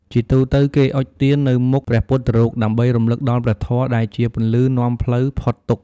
ជាទូទៅ គេអុជទៀននៅមុខព្រះពុទ្ធរូប ដើម្បីរំលឹកដល់ព្រះធម៌ដែលជាពន្លឺនាំផ្លូវផុតទុក្ខ។